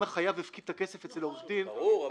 אם החייב הפקיד את הכסף אצל עורך דין --- ברור,